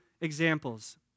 examples